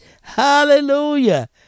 Hallelujah